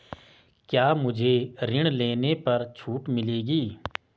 क्या मुझे ऋण लेने पर छूट मिलेगी?